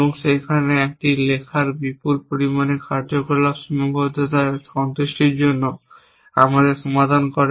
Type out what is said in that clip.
এবং সেখানে একটি লেখার বিপুল পরিমাণ কার্যকলাপ সীমাবদ্ধতার সন্তুষ্টির জন্য আমাদের সমাধান করে